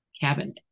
cabinet